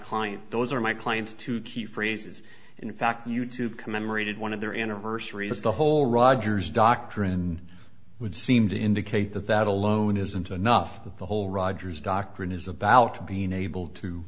client those are my clients two key phrases in fact you tube commemorated one of their anniversaries the whole rogers doctrine would seem to indicate that that alone isn't enough the whole rogers doctrine is about being able to